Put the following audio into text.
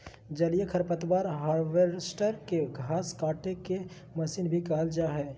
जलीय खरपतवार हार्वेस्टर, के घास काटेके मशीन भी कहल जा हई